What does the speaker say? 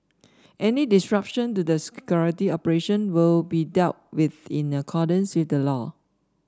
any disruption to the security operation will be dealt with in accordance with the law